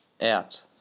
out